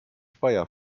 speyer